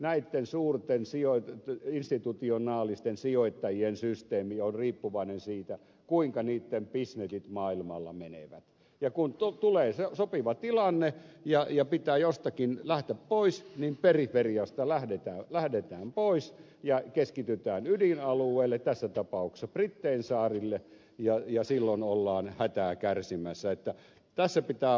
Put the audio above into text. näitten suurten institutionaalisten sijoittajien koko systeemi on riippuvainen siitä kuinka niitten pisnetit maailmalla menevät ja kun tulee sopiva tilanne ja pitää jostakin lähteä pois niin periferiasta lähdetään pois ja keskitytään ydinalueelle tässä tapauksessa brittein saarille ja silloin ollaan hätää kärsimässä